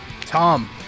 Tom